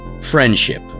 Friendship